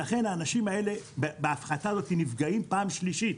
לכן, האנשים האלה בהפחתה הזאת נפגעים פעם שלישית.